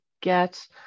get